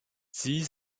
sie